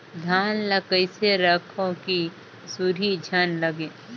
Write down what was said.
धान ल कइसे रखव कि सुरही झन लगे?